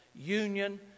union